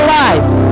life